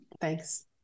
Thanks